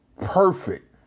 perfect